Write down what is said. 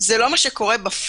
זה לא מה שקורה בפועל.